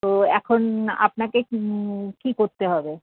তো এখন আপনাকে কী করতে হবে